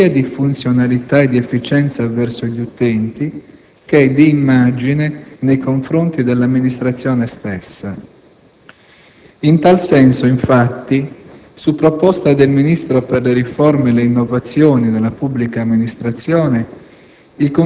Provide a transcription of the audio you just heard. sia di funzionalità e di efficienza verso gli utenti che di immagine nei confronti dell'amministrazione stessa. In tal senso, infatti, su proposta del Ministro per le riforme e le innovazioni nella pubblica amministrazione,